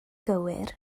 gywir